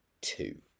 two